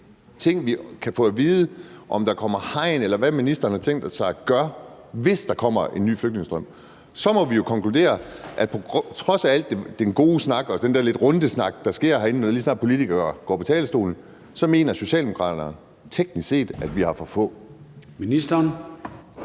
ting at vide om, om der kommer hegn, eller hvad ministeren har tænkt sig at gøre, hvis der kommer en ny flygtningestrøm, at på trods af al den gode snak og den der lidt rundesnak, der foregår herinde, lige så snart politikere går på talerstolen, mener Socialdemokraterne teknisk set, at vi har for få. Kl.